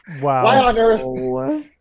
Wow